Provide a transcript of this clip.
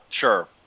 Sure